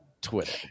Twitter